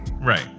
Right